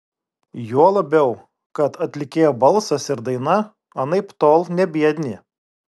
juo labiau kad atlikėjo balsas ir daina anaiptol ne biedni